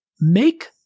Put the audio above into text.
make